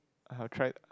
I had tried